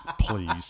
Please